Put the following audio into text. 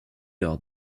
leur